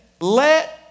let